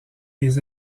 les